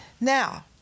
Now